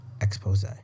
expose